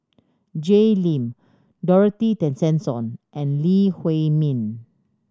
Jay Lim Dorothy Tessensohn and Lee Huei Min